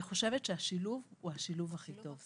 אני חושבת שהשילוב הוא הכי טוב.